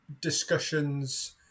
discussions